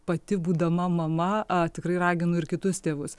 pati būdama mama a tikrai raginu ir kitus tėvus